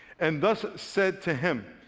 and thus said to him,